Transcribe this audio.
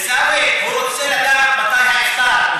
עיסאווי, הוא רוצה לדעת מתי האיפטר.